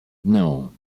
non